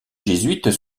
jésuites